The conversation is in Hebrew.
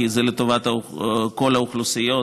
כי זה לטובת כל האוכלוסיות,